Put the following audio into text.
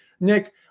Nick